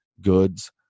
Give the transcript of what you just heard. goods